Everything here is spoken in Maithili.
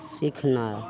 सिखनाय